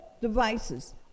devices